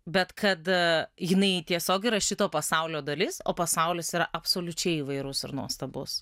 bet kad jinai tiesiog yra šito pasaulio dalis o pasaulis yra absoliučiai įvairus ir nuostabus